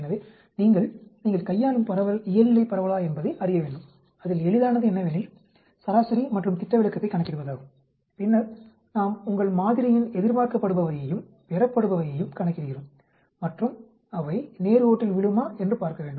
எனவே நீங்கள் நீங்கள் கையாளும் பரவல் இயல்நிலைப் பரவலா என்பதை அறிய வேண்டும் அதில் எளிதானது என்னவெனில் சராசரி மற்றும் திட்டவிலக்கத்தைக் கணக்கிடுவதாகும் பின்னர் நாம் உங்கள் மாதிரியின் எதிர்பார்க்கப்படுபவையையும் பெறப்படுபவயையும் கணக்கிடுகிறோம் மற்றும் அவை நேர் கோட்டில் விழுமா என்று பார்க்கவேண்டும்